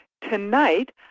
Tonight